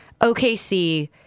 OKC